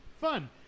Fun